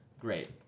Great